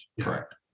Correct